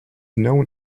known